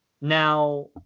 Now